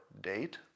date